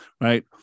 Right